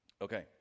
Okay